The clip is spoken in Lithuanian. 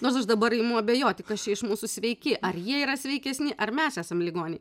nors aš dabar imu abejoti kas čia iš mūsų sveiki ar jie yra sveikesni ar mes esam ligoniai